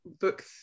book